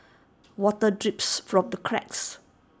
water drips from the cracks